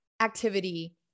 activity